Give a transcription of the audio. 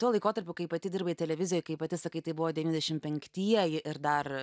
tuo laikotarpiu kai pati dirbai televizijoj kaip pati sakai tai buvo devyniasdešim penktieji ir dar